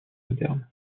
modernes